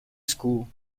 school